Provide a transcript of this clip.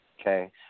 okay